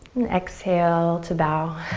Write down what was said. and exhale to bow.